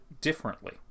differently